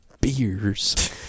beers